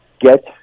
get